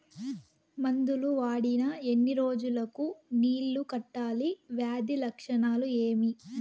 మందులు వాడిన ఎన్ని రోజులు కు నీళ్ళు కట్టాలి, వ్యాధి లక్షణాలు ఏమి?